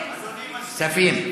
כספים.